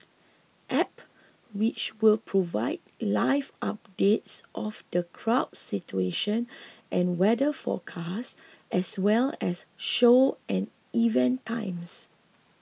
app which will provide live updates of the crowd situation and weather forecast as well as show and event times